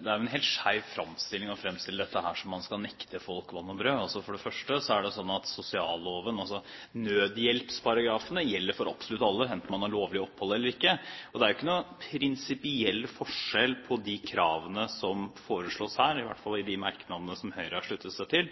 Det er jo en helt skjev fremstilling å fremstille dette som om man skal nekte folk vann og brød. For det første er det slik at sosialloven, altså nødhjelpsparagrafene, gjelder for absolutt alle, enten man har lovlig opphold eller ikke. Det er ikke noen prinsipiell forskjell på de kravene som foreslås her, i hvert fall i de merknadene som Høyre har sluttet seg til,